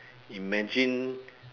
imagine